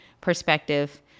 perspective